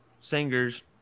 singers